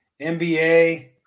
NBA